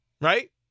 Right